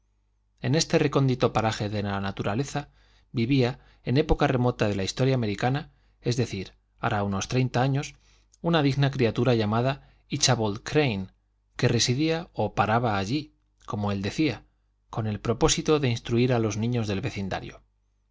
en este recóndito paraje de la naturaleza vivía en época remota de la historia americana es decir hará unos treinta años una digna criatura llamada íchabod crane que residía o paraba allí como él decía con el propósito de instruir a los niños del vecindario